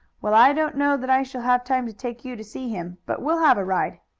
well, i don't know that i shall have time to take you to see him, but we'll have a ride.